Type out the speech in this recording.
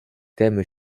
thème